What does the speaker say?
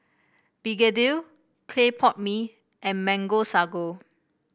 begedil Clay Pot Mee and Mango Sago